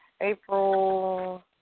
April